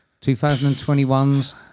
2021's